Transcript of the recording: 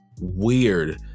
weird